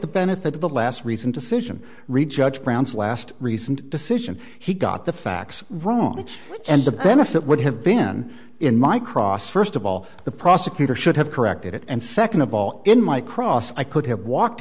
the benefit of the last recent decision re judge brown's last recent decision he got the facts wrong and the benefit would have been in my cross first of all the prosecutor should have corrected it and second of all in my cross i could have walked